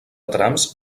trams